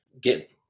get